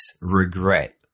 regret